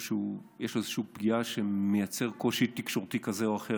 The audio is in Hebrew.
שיש להם איזושהי פגיעה שמייצרת קושי תקשורתי כזה או אחר